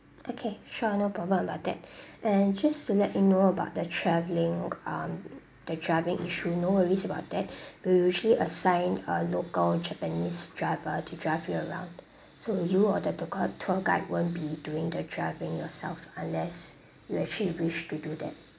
okay sure no problem about that and just to let you know about the travelling um the driving issue no worries about that we'll usually assign a local japanese driver to drive you around so you or the the tour guide won't be doing the driving yourself unless you actually wish to do that